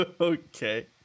Okay